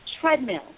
treadmill